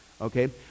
okay